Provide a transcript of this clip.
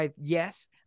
yes